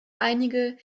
einige